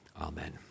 Amen